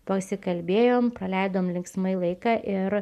pasikalbėjom praleidom linksmai laiką ir